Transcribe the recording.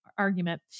argument